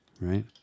right